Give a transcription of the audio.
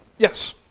yes.